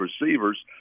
receivers